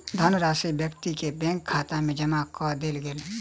धनराशि व्यक्ति के बैंक खाता में जमा कअ देल गेल